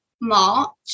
March